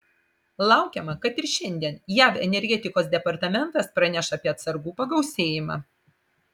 laukiama kad ir šiandien jav energetikos departamentas praneš apie atsargų pagausėjimą